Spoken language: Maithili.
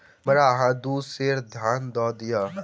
हमरा अहाँ दू सेर धान दअ दिअ